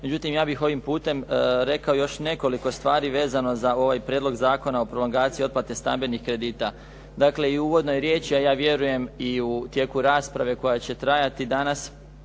Međutim, ja bih ovim putem rekao još nekoliko stvari vezano za ovaj Prijedlog zakona o prolongaciji otplate stambenih kredita. Dakle, i u uvodnoj riječi a ja vjerujem i u tijeku rasprave koja će trajati danas